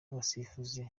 abasifuzi